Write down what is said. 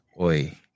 oi